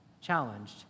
Challenged